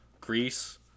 Greece